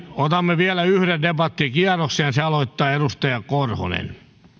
otamme vielä yhden debattikierroksen sen aloittaa edustaja korhonen